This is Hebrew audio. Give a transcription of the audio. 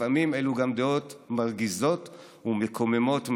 לפעמים אלו גם דעות מרגיזות ומקוממות מאוד,